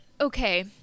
Okay